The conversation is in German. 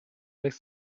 sechs